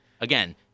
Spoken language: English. Again